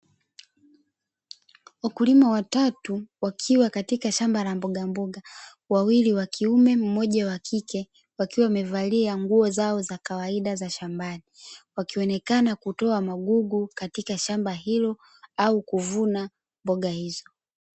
Wakulima watatu wakiwa katika shamba la mboga mboga wawili wa kiume mmoja wa kike wakiwa wamevalia nguo zao za kawaida za shambani, wakionekana kutoa magugu katika shamba hilo au kuvuna mboga hizo.